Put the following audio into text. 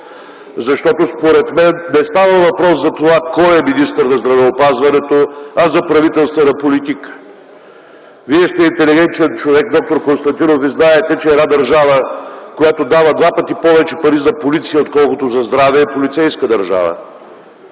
защото според мен не става въпрос за това кой е министър на здравеопазването, а за правителствена политика. Вие сте интелигентен човек, д-р Константинов, и знаете, че една държава, която дава два пъти повече пари за полиция, отколкото за здраве, е полицейска държава.